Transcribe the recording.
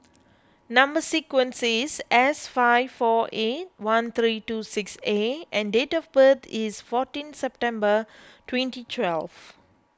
Number Sequence is S five four eight one three two six A and date of birth is fourteen September twenty twelve